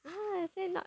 !huh! I say not